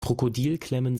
krokodilklemmen